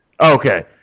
Okay